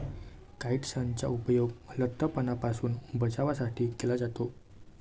काइट्सनचा उपयोग लठ्ठपणापासून बचावासाठी केला जातो